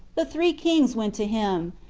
the three kings went to him,